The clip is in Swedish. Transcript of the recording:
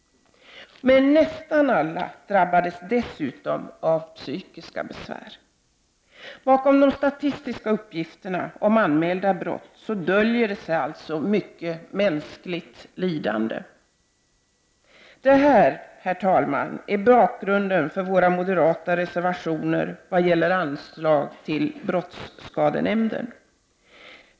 Nästan alla drabbades dessutom av psykiska besvär. Bakom de statistiska uppgifterna om anmälda brott döljer sig alltså mycket mänskligt lidande. Det här, herr talman, är bakgrunden till våra moderata reservationer vad gäller anslag till brottsskadenämnden.